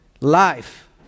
Life